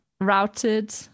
routed